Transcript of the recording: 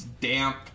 damp